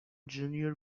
junior